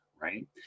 right